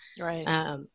right